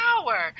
power